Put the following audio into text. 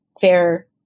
fair